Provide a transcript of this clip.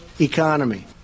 economy